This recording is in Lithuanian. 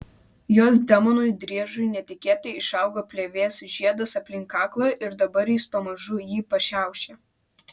jos demonui driežui netikėtai išaugo plėvės žiedas aplink kaklą ir dabar jis pamažu jį pašiaušė